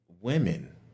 women